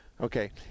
Okay